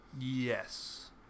Yes